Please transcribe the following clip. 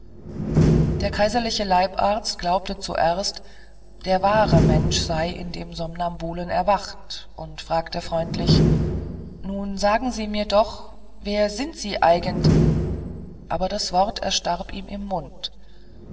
der kaiserliche leibarzt glaubte zuerst der wahre mensch sei in dem somnambulen erwacht und fragte freundlich nun sagen sie mir doch wer sind sie eigent aber das wort erstarb ihm im mund